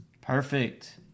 Perfect